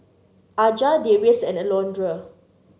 Aja Darius and Alondra